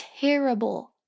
terrible